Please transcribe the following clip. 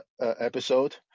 episode